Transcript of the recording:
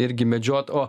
irgi medžiot o